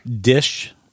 dish